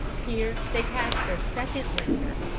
here they passed their second winter.